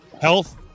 health